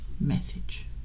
message